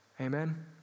Amen